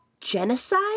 genocide